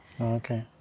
okay